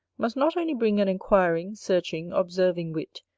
must not only bring an inquiring, searching, observing wit,